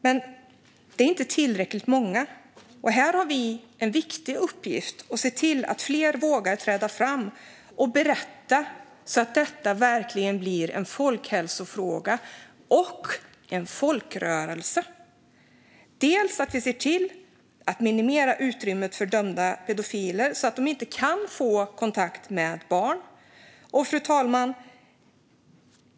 Men de som gör det är inte tillräckligt många, och här har vi en viktig uppgift: att se till att fler vågar träda fram och berätta så att detta verkligen blir en folkhälsofråga och en folkrörelse. Vi måste se till att utrymmet för dömda pedofiler minimeras så att de inte kan få kontakt med barn.